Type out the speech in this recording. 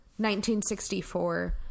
1964